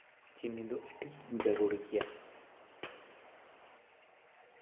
ᱪᱤᱱᱤ ᱫᱚ ᱟᱹᱰᱤ ᱡᱟᱹᱨᱩᱲ ᱜᱮᱭᱟ